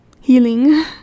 healing